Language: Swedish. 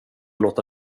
låta